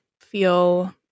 feel